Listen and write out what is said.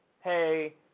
hey